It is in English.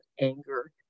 anger